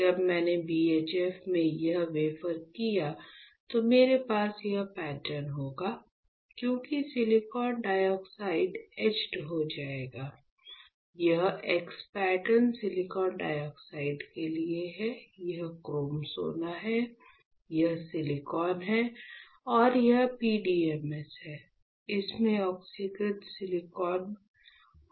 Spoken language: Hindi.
जब मैंने BHF में यह वेफर किया तो मेरे पास यह पैटर्न होगा क्योंकि सिलिकॉन डाइऑक्साइड एचड हो जाएगा यह x पैटर्न सिलिकॉन डाइऑक्साइड के लिए है यह क्रोम सोना है यह सिलिकॉन है और यह PDMS है इसमें ऑक्सीकृत सिलिकॉन हो सकता है